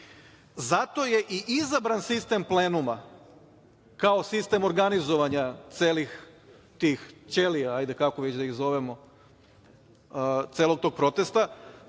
je i izabran sistem plenuma, kao sistem organizovanja celih tih ćelija, kako već da ih zovemo, celog tog protesta,